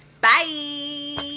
Bye